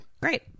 great